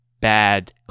bad